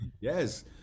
Yes